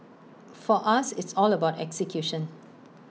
for us it's all about execution